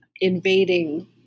invading